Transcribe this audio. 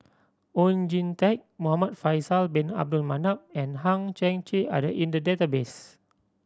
Oon Jin Teik Muhamad Faisal Bin Abdul Manap and Hang Chang Chieh are the in the database